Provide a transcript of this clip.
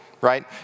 Right